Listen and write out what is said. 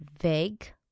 vague